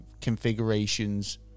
configurations